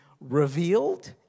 revealed